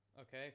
Okay